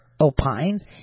opines